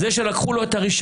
זה שלקחו לו את הרישיון,